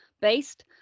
based